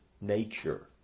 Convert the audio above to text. nature